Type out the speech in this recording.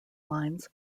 lines